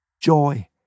joy